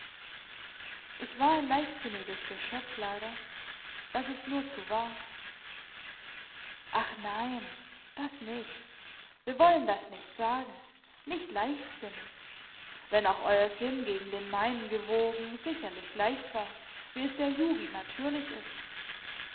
ich war ein leichtsinniges geschöpf leider das ist nur zu wahr ach nein das nicht wir wollen das nicht sagen nicht leichtsinnig wenn auch euer sinn gegen den meinen gewogen sicherlich leicht war wie es der jugend natürlich ist